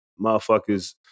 motherfuckers